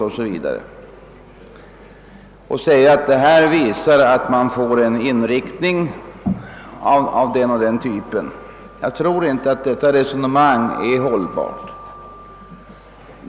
Man kan inte säga att en sådan utveckling visar att vi fått en viss inriktning. Jag tror inte att ett sådant resonemang är hållbart.